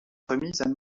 remise